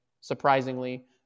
surprisingly